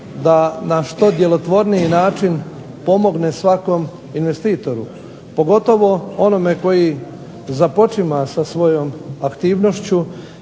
da na što djelotvorniji način pomogne svakom investitoru, pogotovo onome koji započima sa svojom aktivnošću,